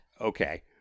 Okay